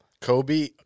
Kobe